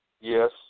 Yes